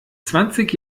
zwanzig